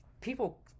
People